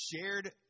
shared